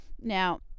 now